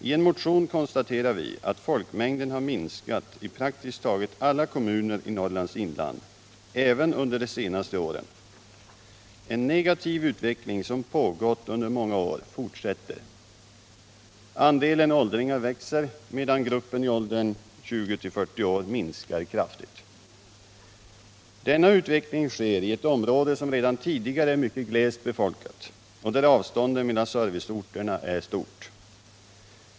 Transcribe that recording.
I en motion konstaterar vi att folkmängden har minskat i praktiskt taget alla kommuner i Norrlands inland — även under de senaste åren. En negativ utveckling som pågått under många år fortsätter. Andelen åldringar växer, medan gruppen i åldern 20-40 år minskar kraftigt. Denna utveckling sker i ett område som redan tidigare är mycket glest befolkat och där avstånden mellan serviceorterna är stort.